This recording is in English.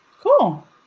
Cool